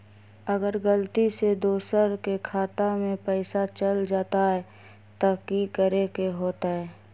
अगर गलती से दोसर के खाता में पैसा चल जताय त की करे के होतय?